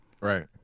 Right